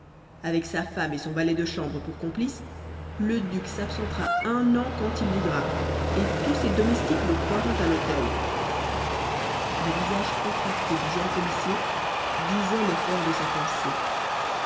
avec sa femme et son valet de chambre pour complices le duc s'absentera un an quand il le voudra et tous ses domestiques le croiront à l'hôtel le visage contracté du jeune policier disait l'effort de sa pensée